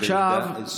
בעמדה נוספת,